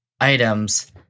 items